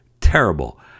terrible